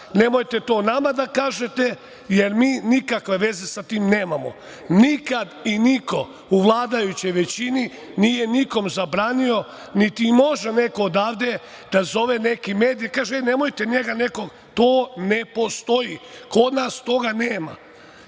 nemojte to nama da kažete, jer mi nikakve veze sa tim nemamo. Nikad i niko u vladajućoj većini nije nikom zabranio niti može neko odavde da zove neki medij i da kaže - e, nemojte njega ili nekog. To ne postoji. Kod nas toga nema.